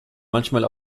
manchmal